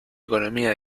economía